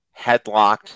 Headlocked